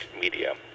media